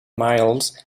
miles